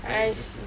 very interesting